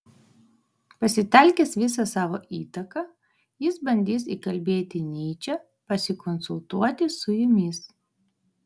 pasitelkęs visą savo įtaką jis bandys įkalbėti nyčę pasikonsultuoti su jumis